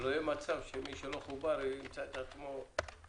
שלא יהיה מצב שמי שלא חובר ימצא את עצמו תלוי.